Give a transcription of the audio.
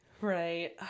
Right